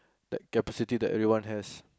that capacity that everyone has